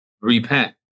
repent